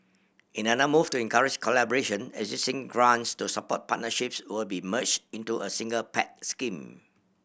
in another move to encourage collaboration existing grants to support partnerships will be merged into a single Pact scheme